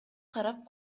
карап